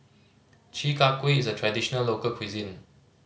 Chi Kak Kuih is a traditional local cuisine